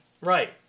Right